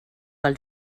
pel